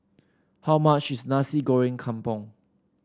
how much is Nasi Goreng Kampung